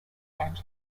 angeles